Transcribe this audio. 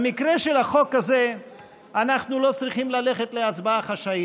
במקרה של החוק הזה אנחנו לא צריכים ללכת להצבעה חשאית.